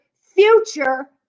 future